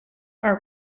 are